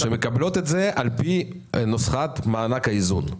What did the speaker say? והן מקבלות את זה על פי נוסחת מענק האיזון.